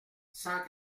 cent